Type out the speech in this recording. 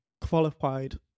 qualified